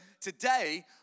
today